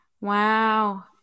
wow